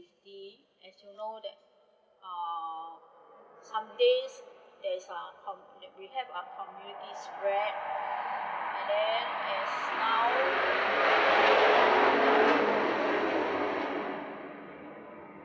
as you know that uh sunday there is uh we have our community spread and then as now